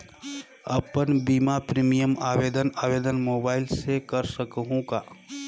अपन बीमा प्रीमियम आवेदन आवेदन मोबाइल से कर सकहुं का?